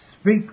Speak